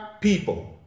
people